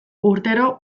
urtero